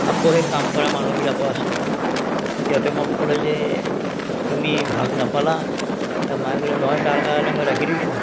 আকৌ সেই কাম কৰা মানুহবিলাকো আছে সিহঁতে মোক ক'লে যে তুমি ভাগ নাপালা মায়ে ক'লে নহয় মই তাৰ কাৰণে ৰাখি থৈছোঁ